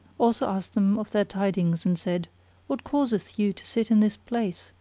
also asked them of their tidings and said what causeth you to sit in this place,